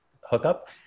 hookup